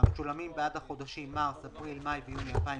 המשולמים בעד החודשים מרס, אפריל, מאי ויוני 2020,